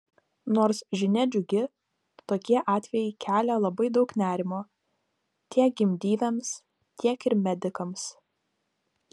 nors žinia džiugi tokie atvejai kelia labai daug nerimo tiek gimdyvėms tiek ir medikams